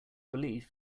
belief